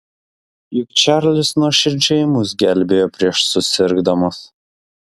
juk čarlis nuoširdžiai mus gelbėjo prieš susirgdamas